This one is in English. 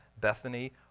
Bethany